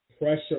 pressure